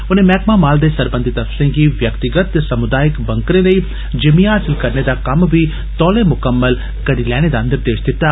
उनें मैहकमा माल दे सरबंधित अफसरे गी व्यक्तिगत ते समुदायक बंकर लेई जिमीं हासल करने दा कम्म बी तौले मुकम्मल करी लैते दा निर्देश दित्ता